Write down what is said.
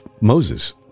Moses